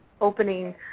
opening